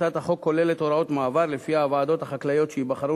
הצעת החוק כוללת הוראת מעבר ולפיה הוועדות החקלאיות שייבחרו